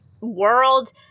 world